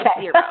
zero